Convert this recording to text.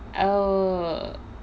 oh